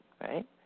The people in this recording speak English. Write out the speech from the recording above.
right